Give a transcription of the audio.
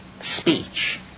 speech